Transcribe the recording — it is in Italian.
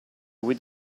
lui